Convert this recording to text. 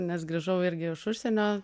nes grįžau irgi iš užsienio